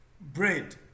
bread